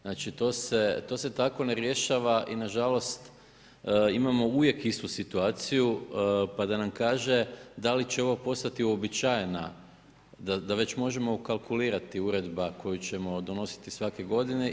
Znači to se tako ne rješava i na žalost imamo uvijek istu situaciju, pa da nam kaže da li će ovo postati uobičajena, da već možemo ukalkulirati uredba koju ćemo donositi svake godine.